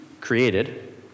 created